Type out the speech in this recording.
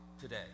today